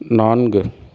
நான்கு